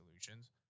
solutions